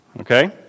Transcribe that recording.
okay